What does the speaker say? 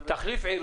תחליף עיר.